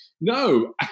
No